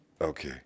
Okay